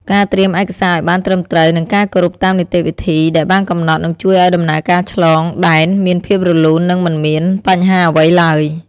ការត្រៀមឯកសារឱ្យបានត្រឹមត្រូវនិងការគោរពតាមនីតិវិធីដែលបានកំណត់នឹងជួយឱ្យដំណើរការឆ្លងដែនមានភាពរលូននិងមិនមានបញ្ហាអ្វីឡើយ។